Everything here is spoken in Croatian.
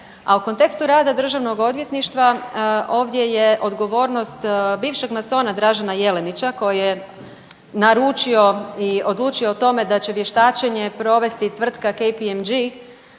A u kontekstu rada državnog odvjetništva ovdje je odgovornost bivšeg masona Dražena Jelenića koji je naručio i odlučio o tome da će vještačenje provesti tvrtka KPMG